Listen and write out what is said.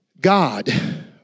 God